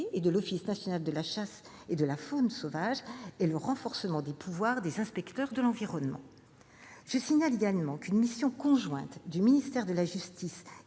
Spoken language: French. et de l'Office national de la chasse et de la faune sauvage et le renforcement des pouvoirs des inspecteurs de l'environnement. Je signale également qu'une mission conjointe du ministère de la justice et